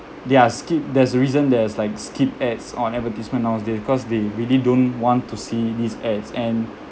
they are skipped there's a reason there's like skip ads on advertisement nowadays because they really don't want to see this ads and